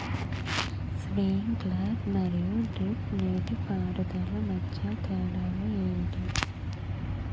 Sprinkler మరియు drip నీటిపారుదల మధ్య తేడాలు ఏంటి?